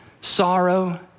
sorrow